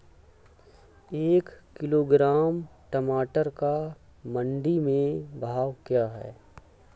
एक किलोग्राम टमाटर का मंडी में भाव क्या है?